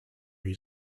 his